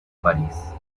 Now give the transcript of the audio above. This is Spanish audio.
paris